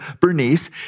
Bernice